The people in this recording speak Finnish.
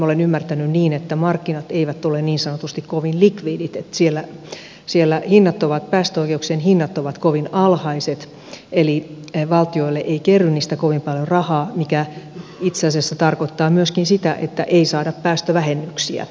olen ymmärtänyt niin että markkinat eivät ole niin sanotusti kovin likvidit niin että siellä päästöoikeuksien hinnat ovat kovin alhaiset eli valtiolle ei kerry niistä kovin paljon rahaa mikä itse asiassa tarkoittaa myöskin sitä että ei saada päästövähennyksiä